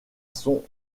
son